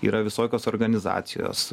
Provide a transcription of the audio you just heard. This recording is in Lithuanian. yra visokios organizacijos